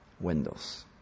windows